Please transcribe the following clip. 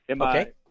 Okay